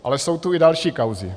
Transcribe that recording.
Ale jsou tu i další kauzy.